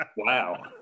Wow